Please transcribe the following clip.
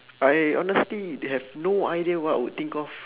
I honestly have no idea what I will think of